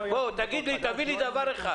בוא, תגיד לי דבר אחד.